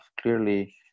clearly